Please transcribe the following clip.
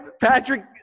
Patrick